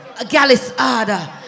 Galisada